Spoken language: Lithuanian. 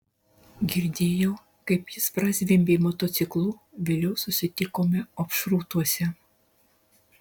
girdėjau kaip jis prazvimbė motociklu vėliau susitikome opšrūtuose